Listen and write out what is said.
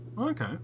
Okay